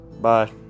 Bye